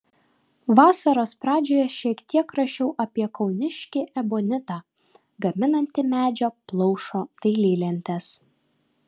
vasaros pradžioje šiek tiek rašiau apie kauniškį ebonitą gaminantį medžio plaušo dailylentes